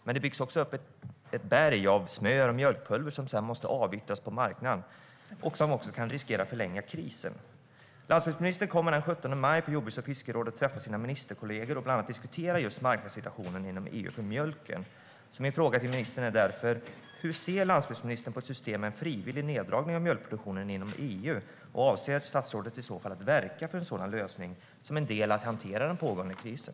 Men det byggs samtidigt upp ett berg av smör och mjölkpulver som måste avyttras på marknaden, vilket kan riskera att förlänga krisen. Landsbygdsministern kommer den 17 maj att träffa sina ministerkollegor, på jordbruks och fiskerådet, och bland annat diskutera just marknadssituationen för mjölken inom EU. Min fråga till ministern är därför: Hur ser landsbygdsministern på ett system med frivillig neddragning av mjölkproduktionen inom EU? Avser statsrådet att verka för en sådan lösning som en del i hanteringen av den pågående krisen?